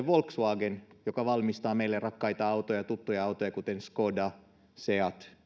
volkswagen joka valmistaa meille rakkaita ja tuttuja autoja kuten skoda seat